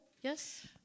yes